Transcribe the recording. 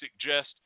suggest